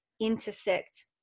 intersect